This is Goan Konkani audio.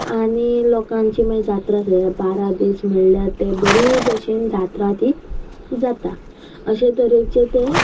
आनी लोकांची मागीर जात्रा सर बारा दीस म्हणल्यार ते बरी भरशीन जात्रा ती जाता अशे तरेचे ते